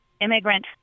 immigrant